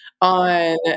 on